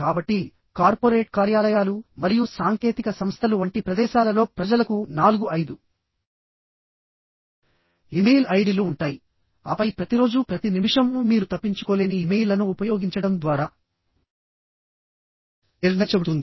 కాబట్టి కార్పొరేట్ కార్యాలయాలు మరియు సాంకేతిక సంస్థలు వంటి ప్రదేశాలలో ప్రజలకు నాలుగు ఐదు ఇమెయిల్ ఐడిలు ఉంటాయి ఆపై ప్రతిరోజూ ప్రతి నిమిషం మీరు తప్పించుకోలేని ఇమెయిల్లను ఉపయోగించడం ద్వారా నిర్ణయించబడుతుంది